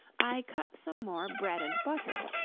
i cut some more bread-and-butter